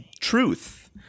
truth